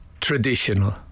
Traditional